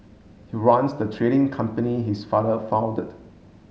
he runs the trading company his father founded